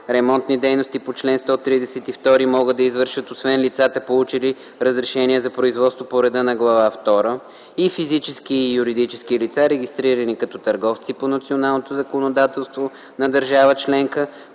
Ремонтни дейности по чл. 132 могат да извършват освен лицата, получили разрешение за производство по реда на глава втора, и физически и юридически лица, регистрирани като търговци по националното законодателство на държава членка,